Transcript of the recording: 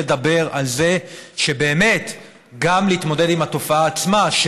לדבר על זה ולהתמודד עם התופעה עצמה,